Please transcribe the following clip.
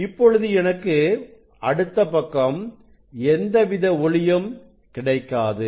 இப்பொழுது எனக்கு அடுத்த பக்கம் எந்தவித ஒளியும் கிடைக்காது